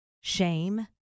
shame